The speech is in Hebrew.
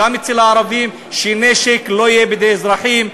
גם אצל הערבים: שנשק לא יהיה בידי אזרחים,